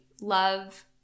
love